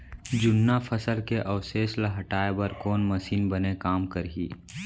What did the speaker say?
जुन्ना फसल के अवशेष ला हटाए बर कोन मशीन बने काम करही?